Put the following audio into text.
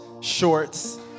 shorts